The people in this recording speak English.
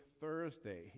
Thursday